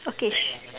okay sh~